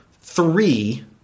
three